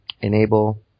Enable